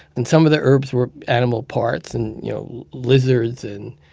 and some of the herbs were animal parts and, you know, lizards and